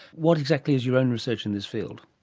what exactly is your own research in this field?